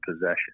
possession